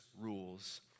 rules